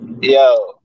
Yo